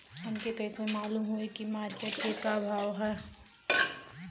हमके कइसे मालूम होई की मार्केट के का भाव ह?